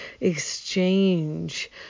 exchange